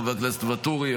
חבר הכנסת ואטורי,